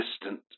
distant